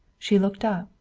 she looked up,